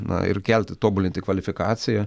na ir kelti tobulinti kvalifikaciją